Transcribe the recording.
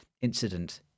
incident